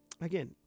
again